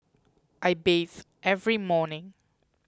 I bathe every morning